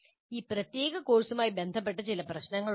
ഈ പ്രത്യേക കോഴ്സുമായി ബന്ധപ്പെട്ട് ചില പ്രശ്നങ്ങളുണ്ട്